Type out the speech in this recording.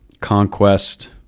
Conquest